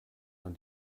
man